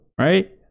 right